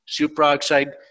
superoxide